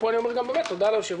פה אני אומר גם תודה ליושב-ראש.